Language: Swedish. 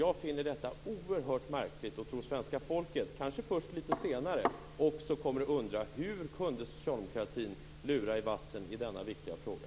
Jag finner detta oerhört märkligt och tror att svenska folket, kanske först litet senare, också kommer att undra: Hur kunde socialdemokratin lura i vassen i denna viktiga fråga?